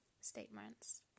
statements